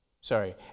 sorry